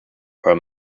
her